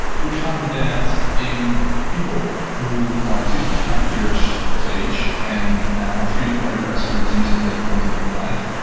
we found that in people who are fifty five years of age and are free of cardiovascular disease at that point in their life,